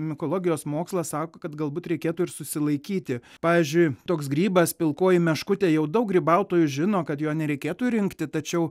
mikologijos mokslas sako kad galbūt reikėtų ir susilaikyti pavyzdžiui toks grybas pilkoji meškutė jau daug grybautojų žino kad jo nereikėtų rinkti tačiau